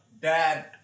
Dad